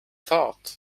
thought